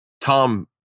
Tom